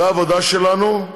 זו העבודה שלנו.